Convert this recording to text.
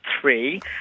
three